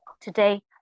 Today